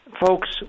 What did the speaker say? folks